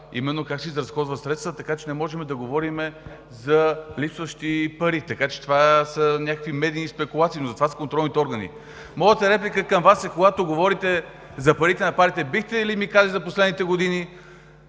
именно как се изразходват средствата, така че не можем да говорим за липсващи пари. Това са някакви медийни спекулации, но затова са контролните органи. Моята реплика към Вас е, когато говорите за парите на партиите: бихте ли ми казали за последните години